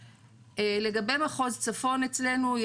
לגבי מחוז צפון אצלנו ,